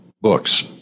books